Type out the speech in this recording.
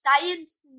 Science